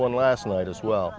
one last night as well